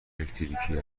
الکتریکی